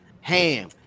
Ham